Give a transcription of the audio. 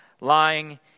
lying